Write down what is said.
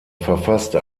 verfasste